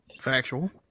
factual